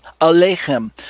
alechem